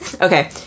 Okay